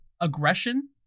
aggression